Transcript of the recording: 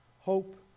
hope